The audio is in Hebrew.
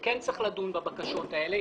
שצריך לדון בבקשות האלה,